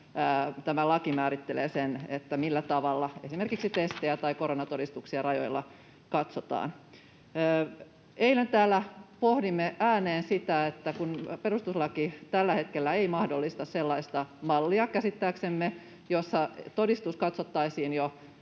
tämä laki määrittelee sen, millä tavalla esimerkiksi testejä tai koronatodistuksia rajoilla katsotaan. Eilen täällä pohdimme ääneen sitä, että kun perustuslaki tällä hetkellä ei käsittääksemme mahdollista sellaista mallia, jossa todistus katsottaisiin jo